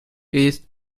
est